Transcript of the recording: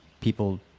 people